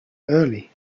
early